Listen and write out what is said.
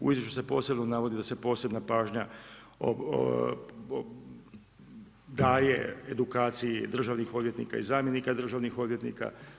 U izvješću se posebno navodi da se posebna pažnja daje edukaciji državnih odvjetnika i zamjenika državnih odvjetnika.